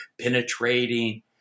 penetrating